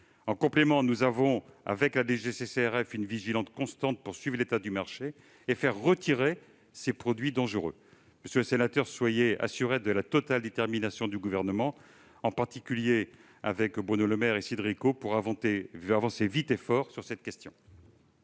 le Président de la République. La DGCCRF exerce une vigilance constante pour suivre l'état du marché et faire retirer les produits dangereux. Monsieur le sénateur, soyez assuré de la totale détermination du Gouvernement, en particulier de Bruno Le Maire et Cédric O, pour avancer vite et fort sur cette question.